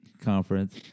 conference